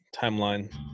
timeline